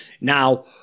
Now